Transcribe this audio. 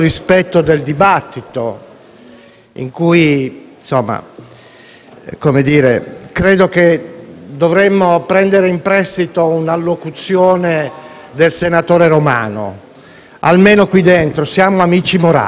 credo che dovremmo prendere in prestito una locuzione usata dal senatore Romano: almeno qui dentro, siamo amici morali.